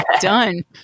Done